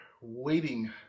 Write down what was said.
waiting